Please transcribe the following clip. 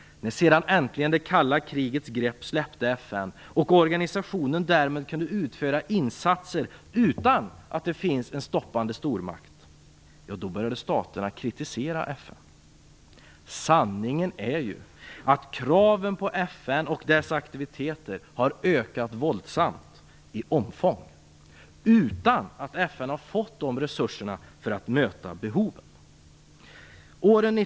När sedan äntligen det kalla krigets grepp släppte FN och organisationen därmed kunde utföra insatser utan att det fanns en stoppande stormakt, började staterna kritisera FN. Sanningen är ju att kraven på FN och dess aktiviteter har ökat våldsamt i omfång utan att FN har fått resurser att möta behoven.